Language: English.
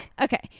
Okay